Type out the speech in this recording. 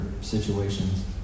situations